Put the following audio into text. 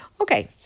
Okay